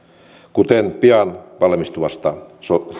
kuten pian valmistuvasta